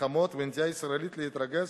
המלחמות והנטייה הישראלית להתרגז,